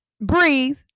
breathe